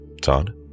Todd